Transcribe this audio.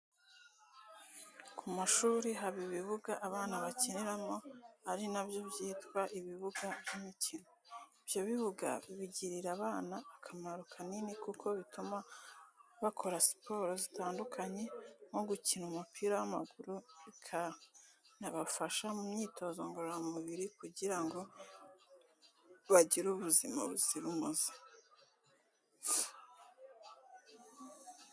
Ku mashuri haba ibibuga abana bakiniramo, ari na byo byitwa ibibuga by'imikino. Ibyo bibuga bigirira abana akamaro kanini kuko bituma bakora siporo zitandukanye nko gukina umupira w'amaguru, bikanabafasha mu myitozo ngororamubiri kugira ngo bagire ubuzima buzira umuze.